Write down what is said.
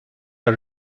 are